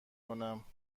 کنم